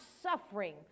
suffering